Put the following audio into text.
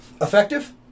Effective